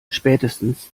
spätestens